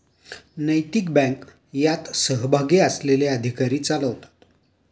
नैतिक बँक यात सहभागी असलेले अधिकारी चालवतात